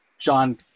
john